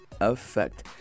effect